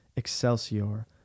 Excelsior